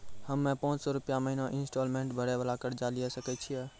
हम्मय पांच सौ रुपिया महीना इंस्टॉलमेंट भरे वाला कर्जा लिये सकय छियै?